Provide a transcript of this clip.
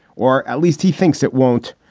or at least he thinks it won't,